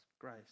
grace